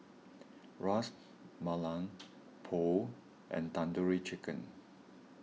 Ras Malai Pho and Tandoori Chicken